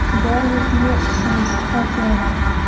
गैर वित्तीय संस्था क्या है?